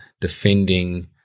defending